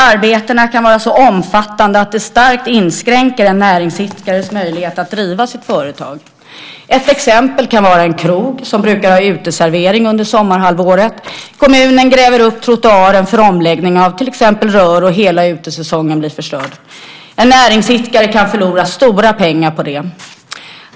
Arbetena kan vara så omfattande att de starkt inskränker en näringsidkares möjlighet att driva sitt företag. Ett exempel kan vara en krog som brukar ha uteservering under sommarhalvåret. Kommunen gräver upp trottoaren till exempel för omläggning av rör, och hela utesäsongen blir förstörd. En näringsidkare kan förlora stora pengar på det.